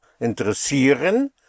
Interessieren